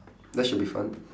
that should be fun